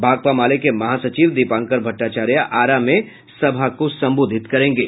भाकपा माले के महासचिव दीपंकर भट्टाचार्य आरा में सभा को संबोधित करेंगे